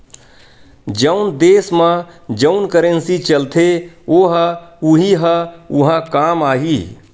जउन देस म जउन करेंसी चलथे ओ ह उहीं ह उहाँ काम आही